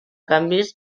canvis